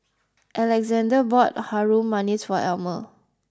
Alexande bought harum manis for Almer